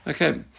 Okay